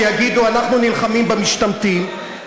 שיגידו: אנחנו נלחמים במשתמטים.